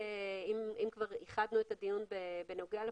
אם כבר ייחדנו את הדיון בנוגע לפקס,